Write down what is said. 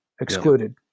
excluded